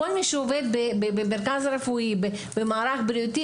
כל מי שעובד במרכז רפואי ובמערך בריאותי,